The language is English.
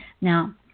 Now